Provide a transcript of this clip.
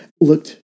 looked